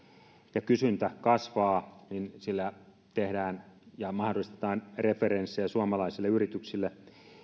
ja kysyntä kasvaa niin sillä tehdään ja mahdollistetaan referenssiä suomalaisille yrityksille